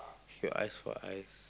you ask for ice